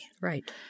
right